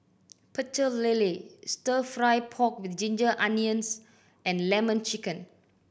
Pecel Lele Stir Fry pork with ginger onions and Lemon Chicken